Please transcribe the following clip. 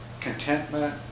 contentment